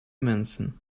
mensen